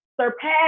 surpass